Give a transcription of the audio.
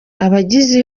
abagize